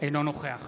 אינו נוכח